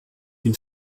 une